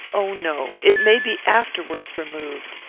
oh, no! it may be afterwards removed.